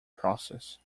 process